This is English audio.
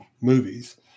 movies